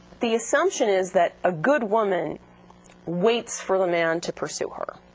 the assumption is that a good woman waits for the man to pursue her.